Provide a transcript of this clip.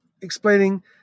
explaining